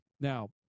Now